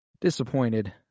Disappointed